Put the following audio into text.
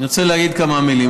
אני רוצה להגיד כמה מילים.